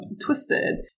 twisted